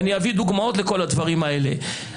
ואני אביא דוגמאות לכל הדברים האלה.